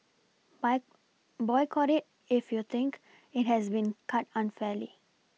by Boycott it if you think it has been cut unfairly